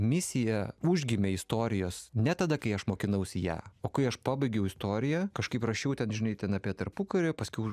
misija užgimė istorijos ne tada kai aš mokinausi ją o kai aš pabaigiau istoriją kažkaip rašiau ten žinai ten apie tarpukarį paskiau